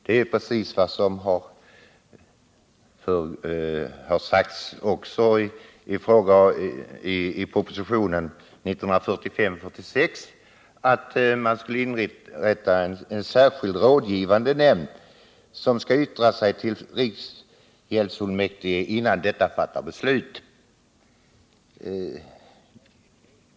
Det är precis vad som sades också i propositionen 1975/ 76:121 i samband med att det inrättades en särskild rådgivande nämnd som skall yttra sig till riksgäldsfullmäktige innan detta organ fattar beslut.